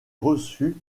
reçues